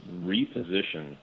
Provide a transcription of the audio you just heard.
reposition